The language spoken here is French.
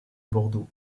bordeaux